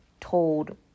told